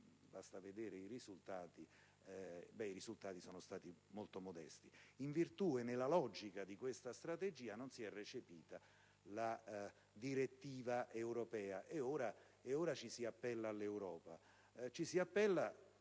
può vedere, sono molto modesti. In virtù e nella logica di questa strategia non si è recepita la direttiva europea e ora ci si appella all'Europa.